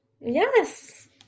Yes